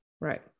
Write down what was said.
right